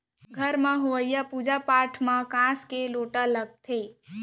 घर म होवइया पूजा पाठ म कांस के लोटा लागथे